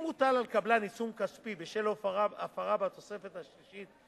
אם הוטל על קבלן עיצום כספי בשל הפרה בתוספת השלישית,